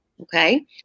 okay